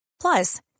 Plus